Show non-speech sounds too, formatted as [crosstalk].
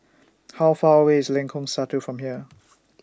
How Far away IS Lengkong Satu from here [noise]